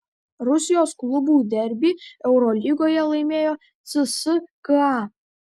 rusijos klubų derbį eurolygoje laimėjo cska